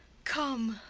come,